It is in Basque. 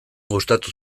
gustatu